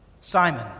Simon